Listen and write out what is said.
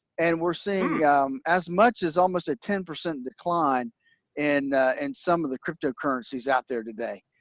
and we're seeing as much as almost a ten percent decline in and some of the crypto currencies out there today.